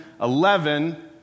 Eleven